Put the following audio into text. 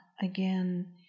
again